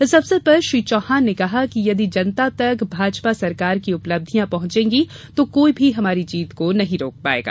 इस अवसर पर श्री चौहान ने कहा कि यदि जनता तक भाजपा सरकार की उपलब्धियां पहुंचेंगी तो कोई भी हमारी जीत को नहीं रोक पाएगा